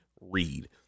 read